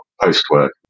post-work